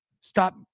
Stop